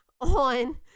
on